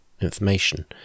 information